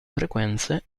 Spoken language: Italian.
frequenze